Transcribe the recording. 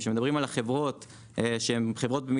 כשמדברים על חברות במיליארדים,